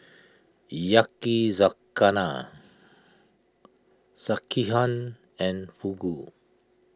Yakizakana Sekihan and Fugu